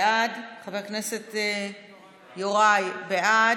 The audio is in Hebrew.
בעד, חבר הכנסת יוראי, בעד.